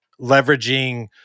leveraging